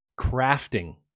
Crafting